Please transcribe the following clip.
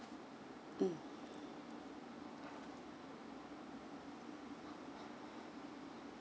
mm